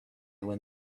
when